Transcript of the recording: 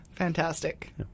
Fantastic